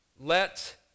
Let